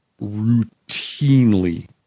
routinely